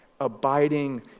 Abiding